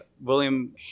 William